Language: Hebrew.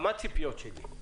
מה הציפיות שלי?